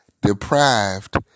deprived